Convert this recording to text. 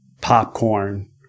popcorn